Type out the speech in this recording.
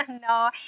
No